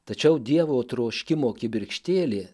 tačiau dievo troškimo kibirkštėlė